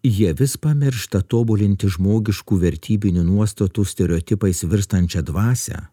jie vis pamiršta tobulinti žmogiškų vertybinių nuostatų stereotipais virstančią dvasią